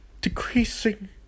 decreasing